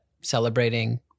celebrating